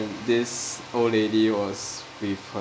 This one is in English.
this old lady was with her